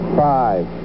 five